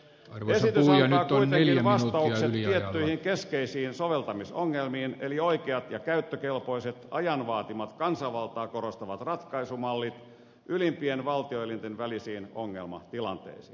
esitys antaa kuitenkin vastaukset tiettyihin keskeisiin soveltamisongelmiin eli oikeat ja käyttökelpoiset ajan vaatimat kansanvaltaa korostavat ratkaisumallit ylimpien valtioelinten välisiin ongelmatilanteisiin